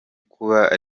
kuba